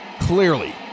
Clearly